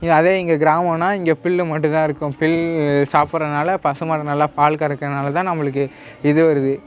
ஏ அதே இங்கே கிராமனா இங்கே புல்லு மட்டும் தான் இருக்கும் புல் சாப்புடுறனால பசுமாடு நல்லா பால் கறக்கிறனால தான் நம்மளுக்கு இது வருது